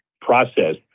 process